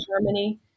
Germany